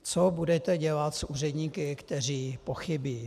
Co budete dělat s úředníky, kteří pochybí?